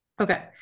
Okay